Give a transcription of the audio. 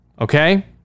okay